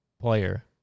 player